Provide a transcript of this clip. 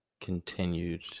continued